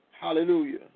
Hallelujah